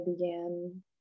began